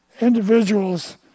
individuals